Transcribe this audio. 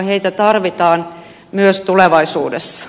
heitä tarvitaan myös tulevaisuudessa